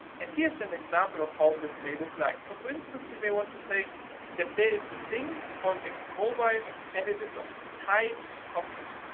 and here's an example of what this may look like. so for instance, we may want to say that there is a thing called exxonmobil, and it is of the type company.